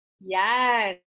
Yes